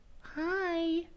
Hi